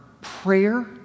prayer